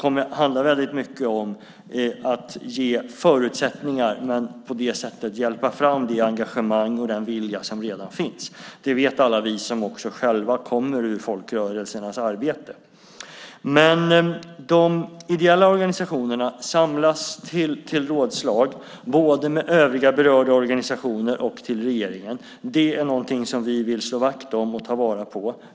Det handlar mycket om att ge förutsättningar och på det sättet hjälpa fram det engagemang och den vilja som redan finns. Det vet alla vi som också själva kommer ur folkrörelsernas arbete. De ideella organisationerna samlas till rådslag både med övriga berörda organisationer och med regeringen. Det är någonting som vi vill slå vakt om och ta vara på.